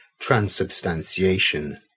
Transubstantiation